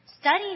Study